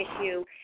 issue